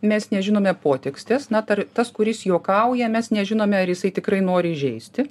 mes nežinome potekstės na tas kuris juokauja mes nežinome ar jisai tikrai nori žeisti